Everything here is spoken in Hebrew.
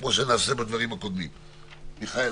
מיכאל,